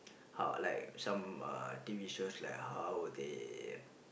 how like some uh T_V shows like how they